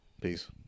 Peace